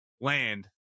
land